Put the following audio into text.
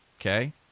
okay